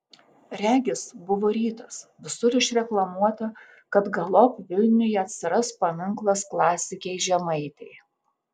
regis buvo rytas visur išreklamuota kad galop vilniuje atsiras paminklas klasikei žemaitei